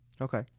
Okay